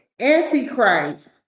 Antichrist